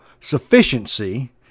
sufficiency